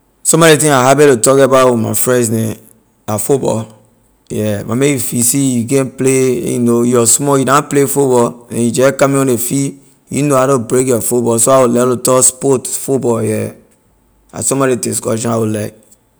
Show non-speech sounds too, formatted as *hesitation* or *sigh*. Some of ley thing I happy to talk about with my friends neh la football yeah my you feece you can’t play *hesitation* you know you was small you na play football and you jeh coming on ley field you na know how to break your football so I will like to talk sport football yeah la some of ley discussion I will like.